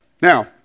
Now